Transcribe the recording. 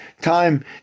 time